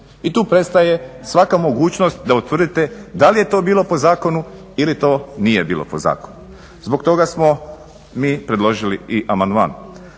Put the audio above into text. i tu prestaje svaka mogućnost da utvrdite da li je to bilo po zakonu ili to nije bilo po zakonu. zbog toga smo mi predložili i amandman.